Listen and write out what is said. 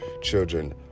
children